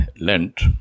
lent